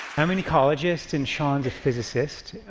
i'm an ecologist, and sean's a physicist,